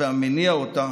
והמניע אותה